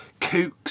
Kooks